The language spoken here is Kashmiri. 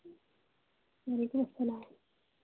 وعلیکُم السلام